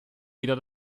wieder